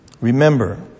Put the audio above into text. Remember